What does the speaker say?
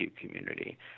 community